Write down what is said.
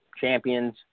champions